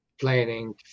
planning